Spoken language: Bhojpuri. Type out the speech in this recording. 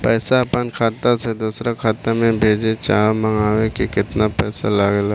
पैसा अपना खाता से दोसरा खाता मे भेजे चाहे मंगवावे में केतना पैसा लागेला?